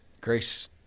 grace